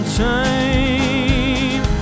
time